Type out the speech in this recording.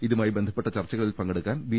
ഇതുമായി ബന്ധപ്പെട്ട ചർച്ചകളിൽ പങ്കെടുക്കാൻ ബി